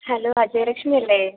hello Ajayalakshmi അല്ലേ